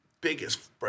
biggest